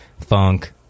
funk